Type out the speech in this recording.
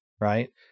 right